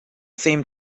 same